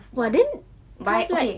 !wah! then by